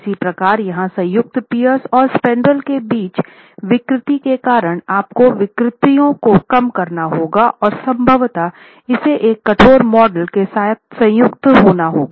इसी प्रकार यहाँ संयुक्त पियर्स और स्पैन्ड्रेल के बीच विकृति के कारण आपको विकृतियों को कम करना होगा और संभवतः इसे एक कठोर मॉडल के साथ संयुक्त होना होगा